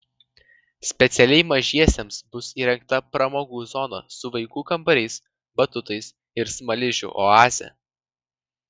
specialiai mažiesiems bus įrengta pramogų zona su vaikų kambariais batutais ir smaližių oaze